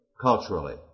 culturally